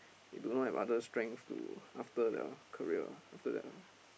they do not have other strength to after their career ah after their